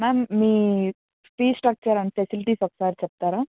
ma'am మీ fees structure and facilities ఒకసారి చెప్తారా